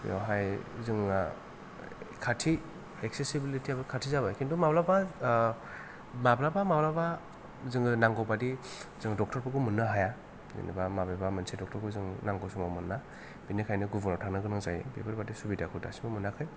बेवहाय जोंना खाथि एक्सेसिबिलिटिआबो खाथि जाबाय खिन्थु माब्लाबा माब्लाबा माब्लाबा जोङो नांगौबायदि जोङो डक्टरफोरखौ मोननो हाया जेन'बा माबेबा मोनसे डक्टरखौ जों नांगौ समाव मोना बेनिखायनो गुबुनाव थांनो गोनां जायो बेफोरबायदि सुबिदाखौ दासिमबो मोनाखै